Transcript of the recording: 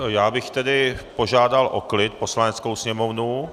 Já bych tedy požádal o klid Poslaneckou sněmovnu.